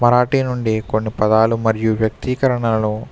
మరాఠీ నుండి కొన్ని పదాలు మరియు వ్యక్తీకరణలను